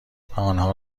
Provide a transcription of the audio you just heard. آنها